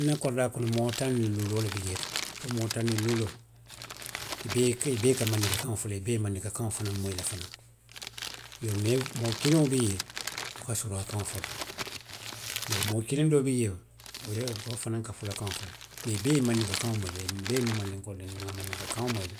Nna koridaa kono, moo taŋ niŋ luulu wo le bi jee to. Wo moo taŋ niŋ luuloo. i bee ye, i bee ka mandinka kaŋ fo le, i bee ye mandinka kaŋo fanaŋ moyi le fanaŋ. Iyoo, mee moo kiliŋo bi jee, wo ka suruwaa kaŋo fo le. Iyoo moo kiliŋ doo bi jee. Wo ye, wo fanaŋ ka fula kaŋo fo le. Mee i bee ye mandinka kaŋo moyi le. Nbee mu mandinkoo le ti, nŋa mandinka kaŋo moyi le.